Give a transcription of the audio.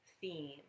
theme